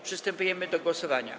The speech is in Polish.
Przystępujemy do głosowania.